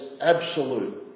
absolute